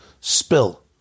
spill